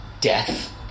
Death